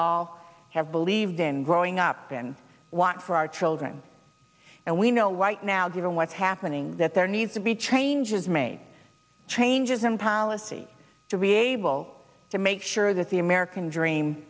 all have believed in growing up in want for our children and we know right now given what's happening that there needs to be changes made changes in policy to be able to make sure that the american dream